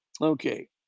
Okay